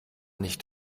nicht